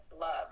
love